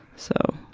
so,